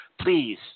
please